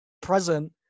present